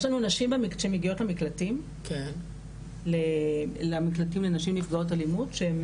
יש לנו נשים שמגיעות למקלטים לנשים נפגעות אלימות שהן